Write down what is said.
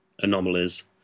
anomalies